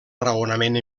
raonament